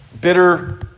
bitter